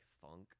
funk